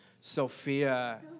Sophia